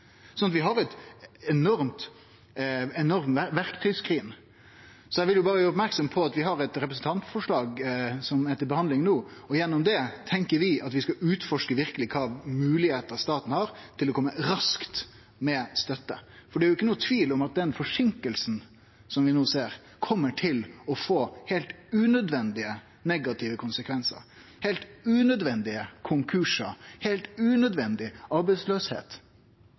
vi hadde eit enormt verktøyskrin. Eg vil berre gjere merksam på at vi har eit representantforslag som er til behandling no, og gjennom det tenkjer vi at vi verkeleg skal utforske kva moglegheiter staten har til raskt å kome med støtte. For det er ikkje nokon tvil om at den forseinkinga som vi no ser, kjem til å få heilt unødvendige negative konsekvensar, som heilt unødvendige konkursar, heilt unødvendig